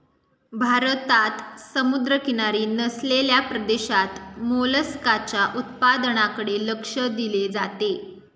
भारतात समुद्रकिनारी नसलेल्या प्रदेशात मोलस्काच्या उत्पादनाकडे लक्ष दिले जाते